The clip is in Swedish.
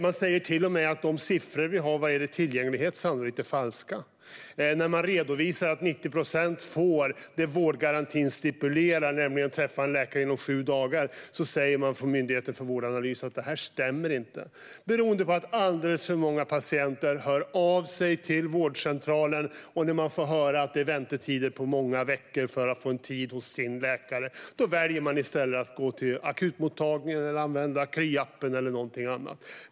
Den säger till och med att de siffror vi har angående tillgänglighet sannolikt är falska. När man redovisar att 90 procent får det vårdgarantin stipulerar - träffa en läkare inom sju dagar - säger Myndigheten för vårdanalys att detta inte stämmer. Det beror på att alldeles för många patienter hör av sig till vårdcentralen, och när man får höra att det är väntetider på många veckor för att få en tid hos den egna läkaren väljer man i stället att gå till akutmottagningen, använda Kry-appen eller något annat.